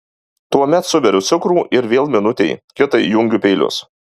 tuomet suberiu cukrų ir vėl minutei kitai jungiu peilius